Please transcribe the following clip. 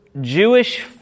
Jewish